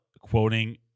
quoting